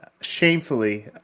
shamefully